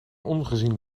ongezien